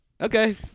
Okay